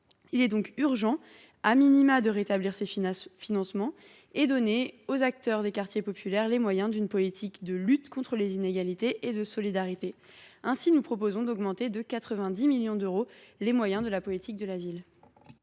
Il est donc urgent,, de rétablir ces financements et de donner aux acteurs des quartiers populaires les moyens de mener une politique solidaire de lutte contre les inégalités. Ainsi, nous proposons d’augmenter de 90 millions d’euros les moyens de la politique de la ville.